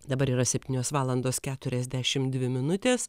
dabar yra septynios valandos keturiasdešimt dvi minutės